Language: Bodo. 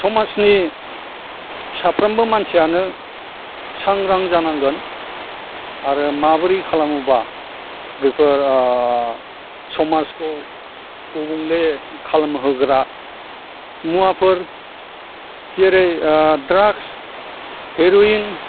समाजनि साफ्रामबो मानसियानो सांग्रां जानांगोन आरो माबोरै खालामोबा बेफोर समाजखौ गुबुंले खालामहोग्रा मुवाफोर जेरै द्राग्स हिर'इन